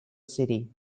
city